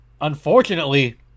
unfortunately